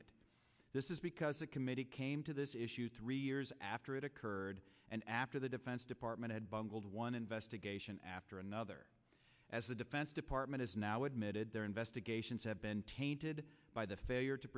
it this is because the committee came to this issue three years after it occurred and after the defense department had bungled one investigation after another as the defense department is now admitted their investigations have been tainted by the failure to